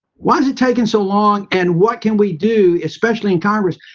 why is it taking so long and what can we do, especially in congress,